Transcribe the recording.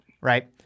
right